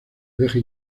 deja